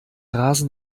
rasen